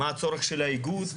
מה הצורך של איגוד,